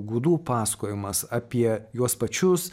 gudų pasakojimas apie juos pačius